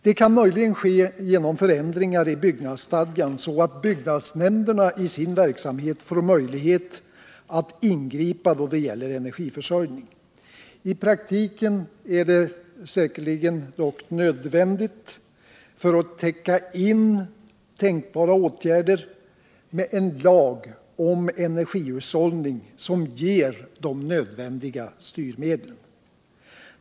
Det kan möjligen ske genom ändringar i byggnadsstadgan, så att byggnadsnämnderna i sin verksamhet får möjlighet att ingripa då det gäller energiförsörjning. I praktiken är det säkerligen dock nödvändigt, för att täcka in tänkbara åtgärder, med en lag om energihushållning som ger de nödvändiga styrmedlen.